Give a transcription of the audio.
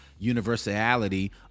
universality